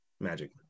Magic